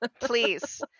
Please